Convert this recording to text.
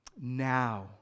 now